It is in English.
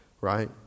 right